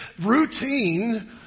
Routine